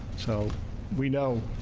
so we know,